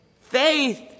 Faith